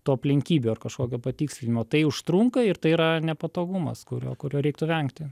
tų aplinkybių ar kažkokio patikslinimo tai užtrunka ir tai yra nepatogumas kurio kurio reiktų vengti